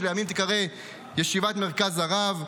שלימים תיקרא ישיבת מרכז הרב.